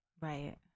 Right